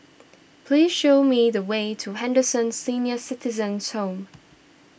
please show me the way to Henderson Senior Citizens' Home